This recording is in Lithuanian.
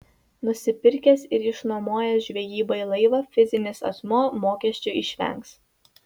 nusipirkęs ir išnuomojęs žvejybai laivą fizinis asmuo mokesčių išvengs